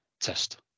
test